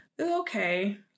okay